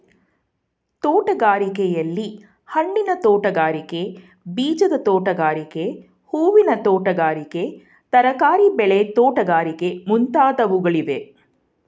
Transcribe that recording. ತೋಟಗಾರಿಕೆಯಲ್ಲಿ, ಹಣ್ಣಿನ ತೋಟಗಾರಿಕೆ, ಬೀಜದ ತೋಟಗಾರಿಕೆ, ಹೂವಿನ ತೋಟಗಾರಿಕೆ, ತರಕಾರಿ ಬೆಳೆ ತೋಟಗಾರಿಕೆ ಮುಂತಾದವುಗಳಿವೆ